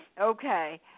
Okay